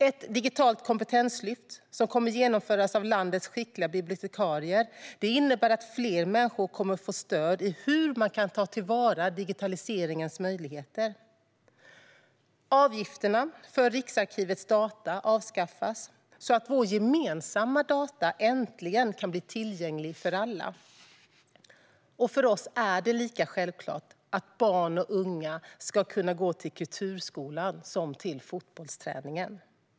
Ett digitalt kompetenslyft, som kommer att genomföras av landets skickliga bibliotekarier, innebär att fler människor kommer att få stöd i hur man kan ta till vara digitaliseringens möjligheter. Avgifterna för Riksarkivets data avskaffas, så att våra gemensamma data äntligen kan bli tillgängliga för alla. Och för oss är det lika självklart att barn och unga ska kunna gå till kulturskolan som till fotbollsträningen.